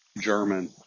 German